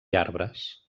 arbres